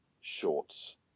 Shorts